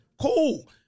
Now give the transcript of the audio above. cool